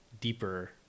Deeper